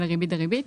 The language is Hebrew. ריבית דה ריבית.